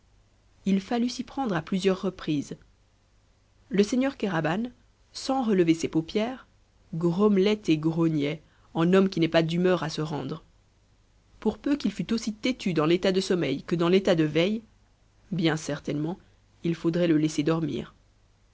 il fallut s'y prendre à plusieurs reprises le seigneur kéraban sans relever ses paupières grommelait et grognait en homme qui n'est pas d'humeur à se rendre pour peu qu'il fût aussi têtu dans l'état de sommeil que dans l'état de veille bien certainement il faudrait le laisser dormir